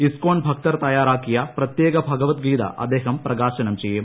ഇസ്കോൺ ഭക്തർ ക്തിയ്യാറാക്കിയ പ്രത്യേക ഭഗവത് ഗീത അദ്ദേഹം പ്രകാശനം ചെയ്യും